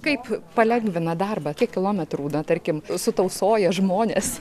kaip palengvina darbą kiek kilometrų na tarkim sutausoja žmonės